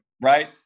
Right